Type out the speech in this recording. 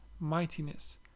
mightiness